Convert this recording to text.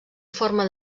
forma